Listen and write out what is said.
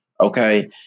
Okay